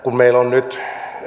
kun meillä on nyt